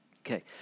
Okay